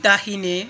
दाहिने